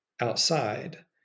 outside